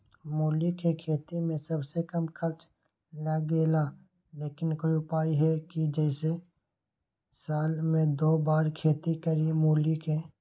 मूली के खेती में सबसे कम खर्च लगेला लेकिन कोई उपाय है कि जेसे साल में दो बार खेती करी मूली के?